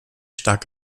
stark